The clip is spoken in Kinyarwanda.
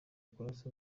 kurasa